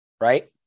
right